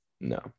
No